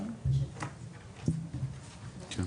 שלום,